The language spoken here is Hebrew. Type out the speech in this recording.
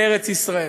לארץ-ישראל,